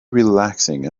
relaxing